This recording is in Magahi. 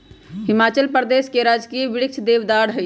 हिमाचल प्रदेश के राजकीय वृक्ष देवदार हई